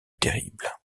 terrible